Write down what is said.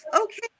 okay